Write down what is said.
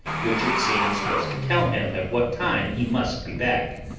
which it seems was to tell him at what time he must be back.